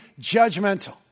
judgmental